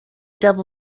devil